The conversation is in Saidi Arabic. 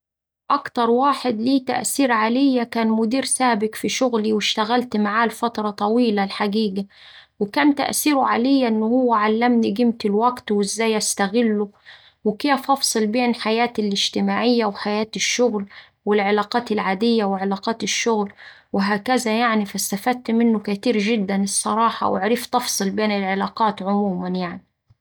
أكتر واحد ليه تأثير عليا كان مدير سابق في شغلي واشتغلت معاه لفترة طويلة الحقيقة، وكان تأثيره عليا إن هو علمني قيمة الوقت وإزاي استغله وكيف أفصل بين حياتي الاجتماعية وحياة الشغل والعلاقات العادية وعلاقات الشغل وهكذا يعني فاستفدت منه كتير جدا الصراحة وعرفت أفصل بين العلاقات عموما يعني.